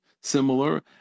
similar